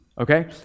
Okay